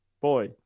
Boy